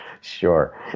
sure